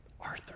Arthur